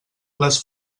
les